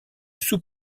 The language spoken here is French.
sous